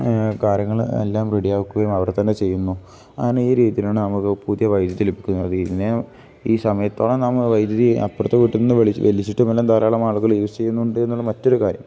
കാര്യങ്ങൾ എല്ലാം റെഡി ആക്കുകയും അവർ തന്നെ ചെയ്യുന്നു അങ്ങനെ ഈ രീതിയിലാണ് നമുക്ക് പുതിയ വൈദ്യുതി ലഭിക്കുന്നത് അത് ഇതിനെ ഈ സമയത്തോളം നാം ആ വൈദ്യുതി അപ്പുറത്തെ വീട്ടിൽ നിന്ന് വലിച്ചിട്ടും എല്ലാം ധാരാളം ആളുകൾ യൂസ് ചെയ്യുന്നുണ്ട് എന്നുള്ള മറ്റൊരു കാര്യം